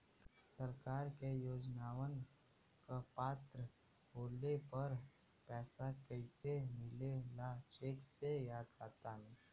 सरकार के योजनावन क पात्र होले पर पैसा कइसे मिले ला चेक से या खाता मे?